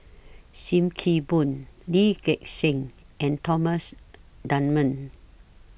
SIM Kee Boon Lee Gek Seng and Thomas Dunman